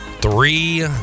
Three